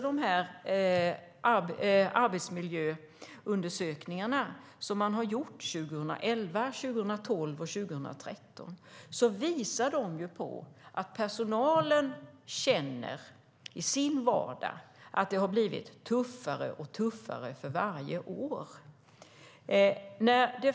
De arbetsmiljöundersökningar som gjorts 2011, 2012 och 2013 visar att personalen i sin vardag känner att det blivit tuffare och tuffare för varje år.